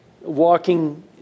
walking